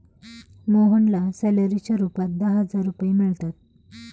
मोहनला सॅलरीच्या रूपात दहा हजार रुपये मिळतात